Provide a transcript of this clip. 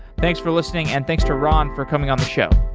thanks for listening and thanks to ron for coming on the show.